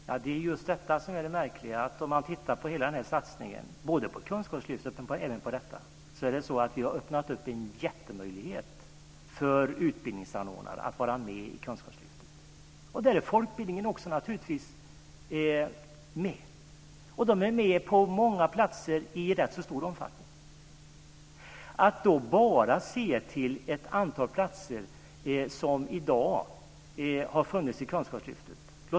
Fru talman! Det är just detta som är det märkliga. Om man tittar på hela denna satsning - både på Kunskapslyftet och på detta - ser man att vi har öppnat en jättemöjlighet för utbildningsanordnare att vara med i Kunskapslyftet. Där är folkbildningen naturligtvis också med. Den är med på många platser i rätt stor omfattning. Att då bara se till vilket antal platser som har funnits i Kunskapslyftet är fel.